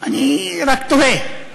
אני רק תוהה.